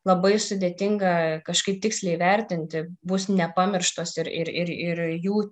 labai sudėtinga kažkaip tiksliai įvertinti bus nepamirštos ir ir ir ir jų